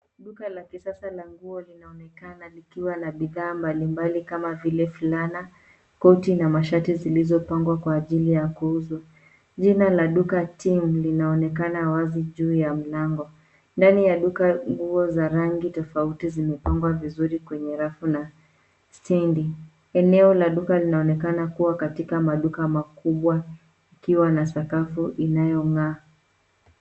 Duka la kisasa la nguo linaonekana likiwa na bidhaa mbalimbali kama vile fulana, koti ma mashati zilizopangwa kwa ajili ya kuuzwa. Jina la duka, Team linaonekana wazi juu ya mlango. Ndani ya duka nguo za rangi tofauti zimepangwa vizuri kwenye rafu na stendi. Eneo la duka linaonekana kuwa katika maduka makubwa yakiwa na sakafu inayong'aa.